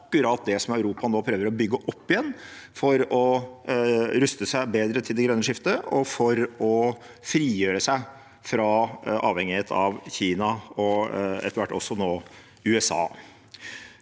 som er akkurat det Europa nå prøver å bygge opp igjen for å ruste seg bedre til det grønne skiftet og for å frigjøre seg fra avhengighet av Kina og etter hvert også USA.